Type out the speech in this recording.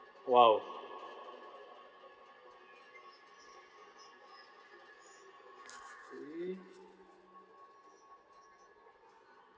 !wow! really